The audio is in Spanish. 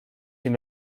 sin